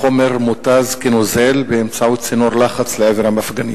החומר מותז כנוזל באמצעות צינור לחץ לעבר המפגינים.